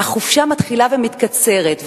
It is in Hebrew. החופשה מתחילה ומתקצרת.